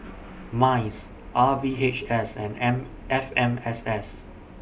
Mice R V H S and M F M S S